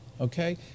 Okay